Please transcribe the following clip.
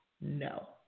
No